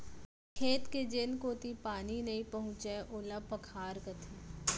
खेत के जेन कोती पानी नइ पहुँचय ओला पखार कथें